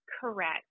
Correct